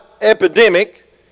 epidemic